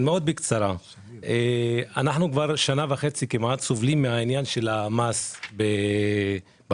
אנחנו כשנה וחצי סובלים מעניין המס במפעל